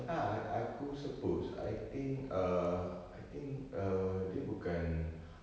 ah aku suppose I think err I think err dia bukan